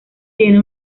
tiene